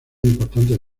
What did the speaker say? importantes